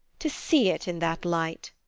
to see it in that light.